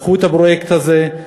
לקחו את הפרויקט הזה,